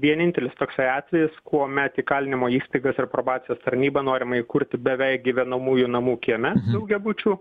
vienintelis toksai atvejiskuomet įkalinimo įstaigos ir probacijos tarnybą norima įkurti beveik gyvenamųjų namų kieme daugiabučių